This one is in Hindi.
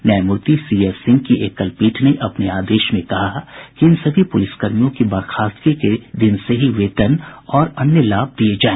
न्यायमूर्ति सी एस सिंह की एकलपीठ ने अपने आदेश में कहा कि इन सभी पुलिसकर्मियों की बर्खास्तगी के दिन से ही वेतन और अन्य लाभ दिया जाए